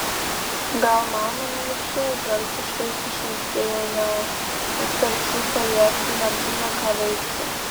gal mauname iš čia žaltiškai sušnibždėjo leo juk tarp šitų pajacų nebūna ką veikti